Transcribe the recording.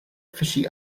fishy